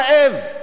אמרו לנו,